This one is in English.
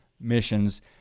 missions